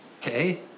Okay